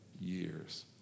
years